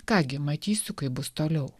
ką gi matysiu kaip bus toliau